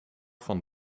van